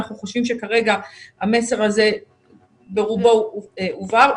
אנחנו חושבים שכרגע המסר הזה ברובו הועבר.